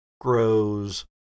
grows